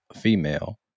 female